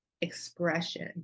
expression